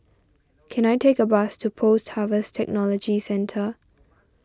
can I take a bus to Post Harvest Technology Centre